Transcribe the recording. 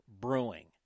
Brewing